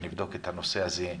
שנבדוק את הנושא הזה,